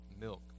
milk